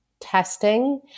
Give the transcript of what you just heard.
testing